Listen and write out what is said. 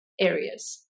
areas